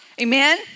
Amen